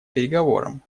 переговорам